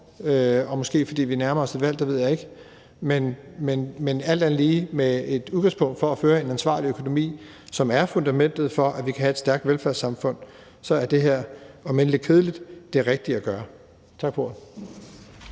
og måske fordi vi nærmer os et valg – det ved jeg ikke. Men alt andet lige er det her med udgangspunkt for at føre en ansvarlig økonomisk politik, som er fundamentet for, at vi kan have et stærkt velfærdssamfund, og om end lidt kedeligt er det rigtige at gøre. Tak for ordet.